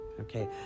okay